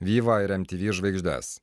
vyvą ir mtv žvaigždes